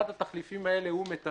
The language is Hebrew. אחד התחליפים האלה הוא מתנול.